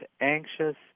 anxious